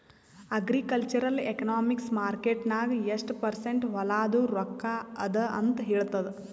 agricultural economics market ನಾಗ್ ಎಷ್ಟ percent ಹೊಲಾದು ರೊಕ್ಕಾ ಅದ ಅಂತ ಹೇಳ್ತದ್